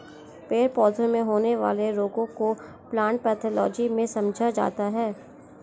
पेड़ पौधों में होने वाले रोगों को प्लांट पैथोलॉजी में समझा जाता है